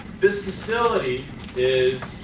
this facility is